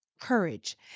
courage